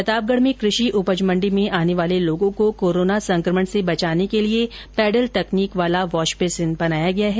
प्रतापगढ में कृषि उपज मंडी में आने वाले लोगों को कोरोना संकमण से बचाने के पैडल तकनीक वाला वॉशबेसिन बनाया गया है